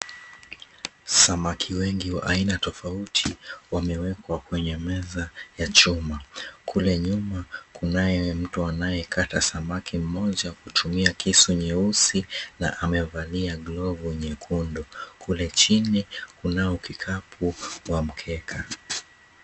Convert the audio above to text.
Samaki wengi wa aina tofauti wamewekwa kwenye meza ya chuma. Kule nyuma, kunaye mtu anayekata samaki mmoja kutumia kisu nyeusi na amevalia glovu nyekundu. Kule chini kunao kikapu wa mkeka.